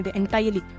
entirely